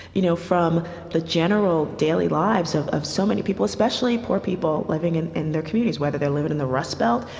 you know, from the general daily lives of of so many people, especially poor people living in in their communities, whether they're living in the rust belt,